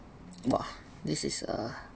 !wah! this is a